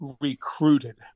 recruited